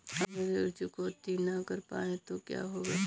अगर ऋण चुकौती न कर पाए तो क्या होगा?